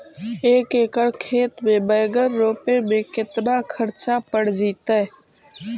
एक एकड़ खेत में बैंगन रोपे में केतना ख़र्चा पड़ जितै?